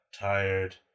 tired